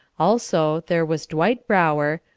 also, there was dwight brower,